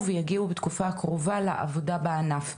ויגיעו בתקופה הקרובה לעבודה בענף.